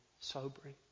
sobering